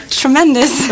tremendous